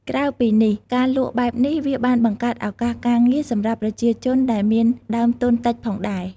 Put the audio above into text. ក្រៅពីនេះ ការលក់បែបនេះវាបានបង្កើតឱកាសការងារសម្រាប់ប្រជាជនដែលមានដើមទុនតិចផងដែរ។